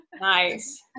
nice